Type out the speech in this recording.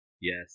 Yes